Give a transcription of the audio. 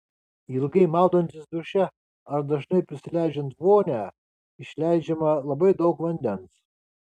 ilgai maudantis duše ar dažnai prisileidžiant vonią išleidžiama labai daug vandens